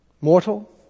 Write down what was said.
Mortal